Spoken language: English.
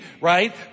right